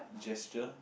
gesture